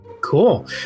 cool